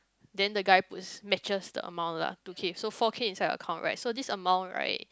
then the guy puts matches the amount lah two K so four K inside the account right so this amount right